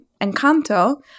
Encanto